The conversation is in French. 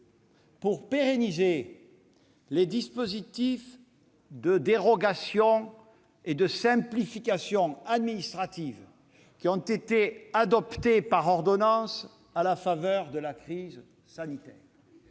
-pour pérenniser les dispositifs de dérogation et de simplification administrative adoptés par ordonnances à la faveur de la crise sanitaire.